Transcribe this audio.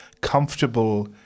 comfortable